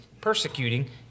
persecuting